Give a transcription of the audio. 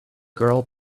girl